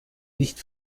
nicht